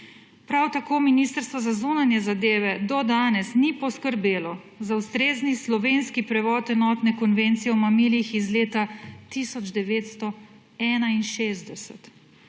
Prav tako Ministrstvo za zunanje zadeve do danes ni poskrbelo za ustrezni slovenski prevod Enotne konvencije o mamilih iz leta 1961.